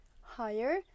higher